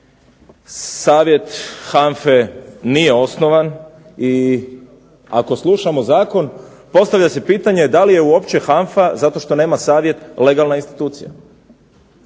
Savjet HANFA-e nije osnovan i ako slušamo zakon postavlja se pitanje da li je uopće HANFA zato što nema Savjet legalna institucija.